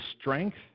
strength